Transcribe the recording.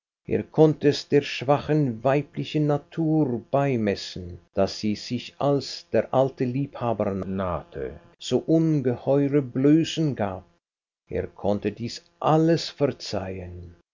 er konnte es der schwachen weiblichen natur beimessen daß sie sich als der alte liebhaber nahte so ungeheure blößen gab er konnte dies alles verzeihen